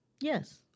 Yes